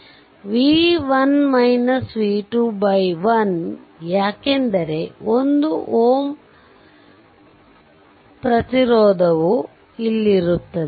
ಆದ್ದುದರಿಂದ 1 ಯಾಕೆಂದರೆಒಂದು Ω ಪ್ರತಿರೋಧವು ಇಲ್ಲಿರುತ್ತದೆ